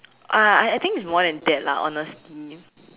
uh I I think it's more than that lah honestly